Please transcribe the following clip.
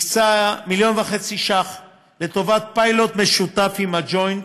הקצה 1.5 מיליון לטובת פיילוט משותף עם ג'וינט,